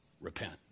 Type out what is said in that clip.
repent